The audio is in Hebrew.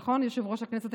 נכון, יושב-ראש הכנסת?